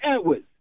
Edwards